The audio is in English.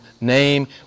name